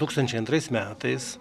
tūkstančiai antrais metais